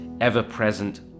ever-present